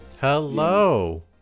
Hello